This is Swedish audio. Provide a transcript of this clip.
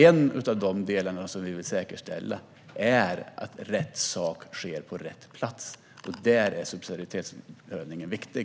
En av de delar vi vill säkerställa är att rätt sak sker på rätt plats, och där är subsidiaritetsprövningen viktig.